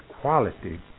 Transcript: quality